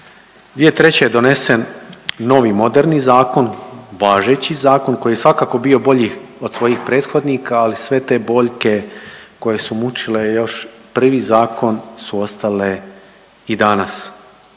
2003. je donesen novi moderni zakon, važeći zakon koji je svakako bio bolji od svojih prethodnika, ali sve te boljke koje su mučile još prvi zakon su ostale i danas,